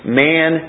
man